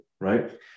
Right